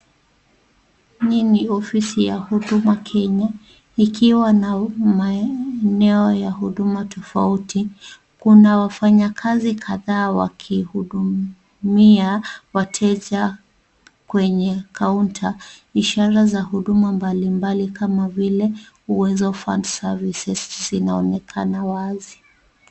Hii ni ofisi ya Huduma Kenya ikiwa na maeneo ya huduma tofauti, kuna wafanyikazi kadhaa wakihudumia wateja kwenye counter ishara za huduma mbalimbali kama vile Uwezo Fund Services zinaonekana wazi.